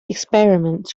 experiments